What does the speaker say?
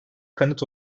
kanıt